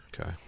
Okay